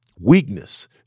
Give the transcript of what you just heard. Weakness